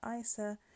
ISA